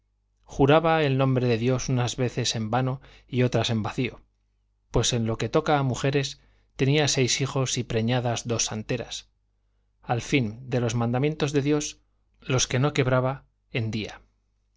juraba el nombre de dios unas veces en vano y otras en vacío pues en lo que toca a mujeres tenía seis hijos y preñadas dos santeras al fin de los mandamientos de dios los que no quebraba hendía